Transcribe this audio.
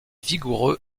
vigoureux